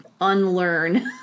unlearn